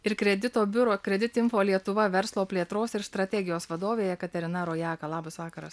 ir kredito biuro kreditų info lietuva verslo plėtros ir strategijos vadovė jekaterina rojaka labas vakaras sveiki